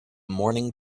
morning